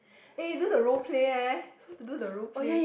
eh then the role play eh supposed to do the role play